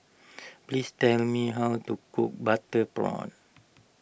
please tell me how to cook Butter Prawns